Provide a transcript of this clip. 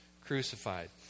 crucified